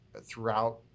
throughout